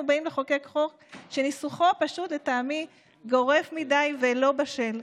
באים לחוקק חוק שניסוחו לטעמי גורף מדי ולא בשל.